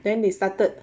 then they started